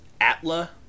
Atla